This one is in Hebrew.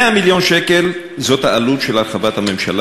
100 מיליון שקל זאת העלות של הרחבת הממשלה,